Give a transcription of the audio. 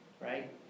Right